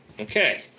okay